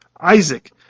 Isaac